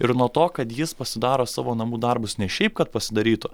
ir nuo to kad jis pasidaro savo namų darbus ne šiaip kad pasidarytų